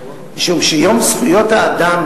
משום שיום זכויות האדם,